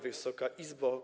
Wysoka Izbo!